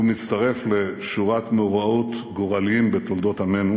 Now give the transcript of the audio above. הוא מצטרף לשורת מאורעות גורליים בתולדות עמנו